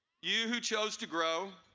you who chose to grow,